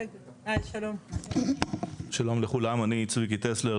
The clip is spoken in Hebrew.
שלום לכולם, אני צביקי טסלר.